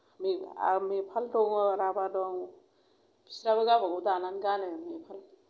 बे आरो नेपालि दङ राभा दं बिस्राबो गावबा गाव दानानै गानो